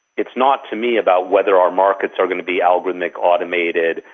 it's not to me about whether our markets are going to be algorithmic, automated,